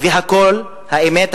והאמת,